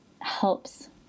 helps